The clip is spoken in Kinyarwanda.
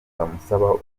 bamusaba